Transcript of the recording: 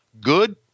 good